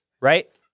right